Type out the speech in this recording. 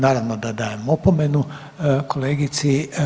Naravno da dajem opomenu kolegici.